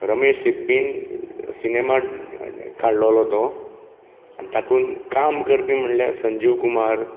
रमेश सिप्पीन सिनेमा काडलेलो तो आनी तातूंत काम करपी म्हणल्यार संजीव कुमार